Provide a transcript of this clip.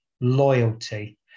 Loyalty